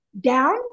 down